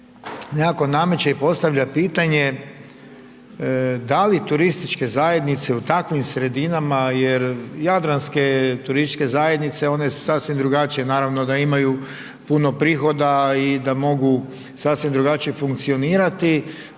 nekako nameće i postavlja pitanje da li turističke zajednice u takvim sredinama jer jadranske turističke zajednice one su sasvim drugačije, naravno da imaju puno prihoda i da mogu sasvim drugačije funkcionirati